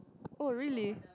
oh really